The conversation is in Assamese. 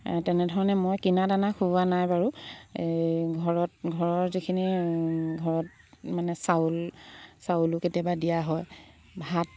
তেনেধৰণে মই কিনা দানা খুওৱা নাই বাৰু ঘৰত ঘৰৰ যিখিনি ঘৰত মানে চাউল চাউলো কেতিয়াবা দিয়া হয় ভাত